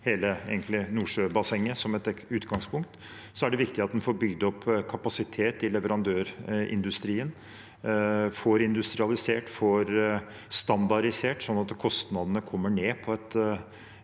hele Nordsjøbassenget – som et utgangspunkt, er det viktig at en får bygd opp kapasitet i leverandørindustrien, at en får industrialisert og får standardisert, slik at kostnadene kommer ned på et